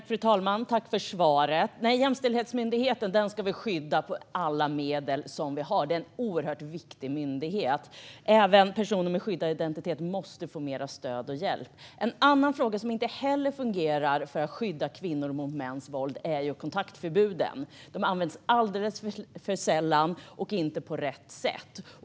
Fru talman! Tack för svaret, ministern! Jämställdhetsmyndigheten ska vi skydda med alla medel som vi har. Det är en oerhört viktig myndighet. Även personer med skyddad identitet måste få mer stöd och hjälp. En annan åtgärd som inte heller fungerar för att skydda kvinnor mot mäns våld är kontaktförbuden. De används alldeles för sällan och inte på rätt sätt.